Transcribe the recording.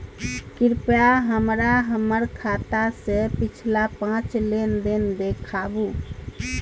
कृपया हमरा हमर खाता से पिछला पांच लेन देन देखाबु